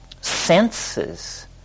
senses